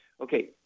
Okay